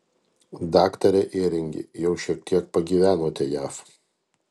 daktare ėringi jau šiek tiek pagyvenote jav